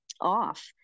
off